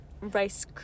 rice